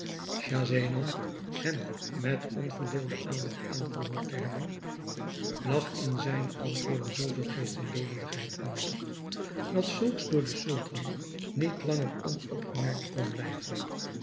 hem met onverdeelde aandacht aangehoord hebbende lag in zijne antwoorden zoo veel geest en levendigheid aan den dag dat zulks door den sultan niet langer onopgemerkt kon blijven